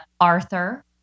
Arthur